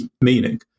meaning